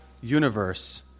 universe